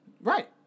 Right